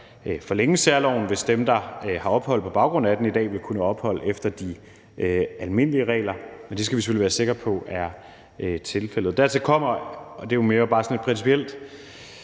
forlænge særloven, hvis dem, der har ophold på baggrund af den, i dag vil kunne få ophold efter de almindelige regler, men det skal vi selvfølgelig være sikre på er tilfældet. Dertil kommer – og det er jo mere bare sådan et principielt